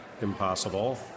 impossible